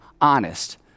honest